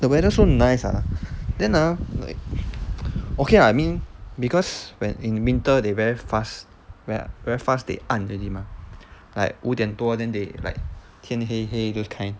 the weather so nice ah then ah like okay ah I mean because when in winter they very fast very fast they 暗 already mah like 五点多 then they like 天黑黑 those kind